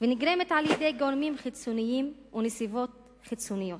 שנגרמת על-ידי גורמים חיצוניים ונסיבות חיצוניות.